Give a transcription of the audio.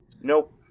Nope